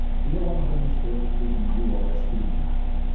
here one of them was filled with the bluos streaming module.